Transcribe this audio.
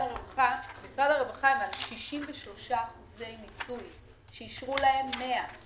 הרווחה הם על 63% מיצוי, כאשר אישרו להם 100%,